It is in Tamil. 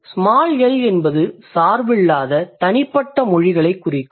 ஸ்மால் எல் என்பது சார்பில்லாத தனிப்பட்ட மொழிகளைக் குறிக்கும்